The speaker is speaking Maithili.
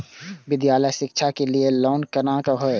विद्यालय शिक्षा के लिय लोन केना होय ये?